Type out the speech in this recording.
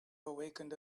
awakened